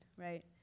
right